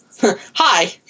Hi